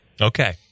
Okay